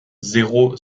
zéro